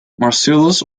marcellus